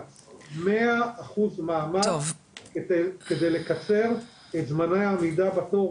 אנחנו שם כדי לשמוע,